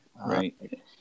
right